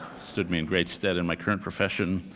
stood me in great stead in my current profession.